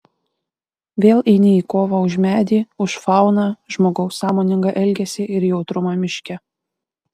vėl eini į kovą už medį už fauną žmogaus sąmoningą elgesį ir jautrumą miške